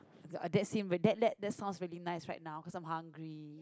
uh that seems that that that sounds very nice right now cause I'm hungry